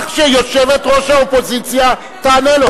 ממחזר, אני בטוח שיושבת-ראש האופוזיציה תענה לו.